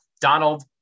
Donald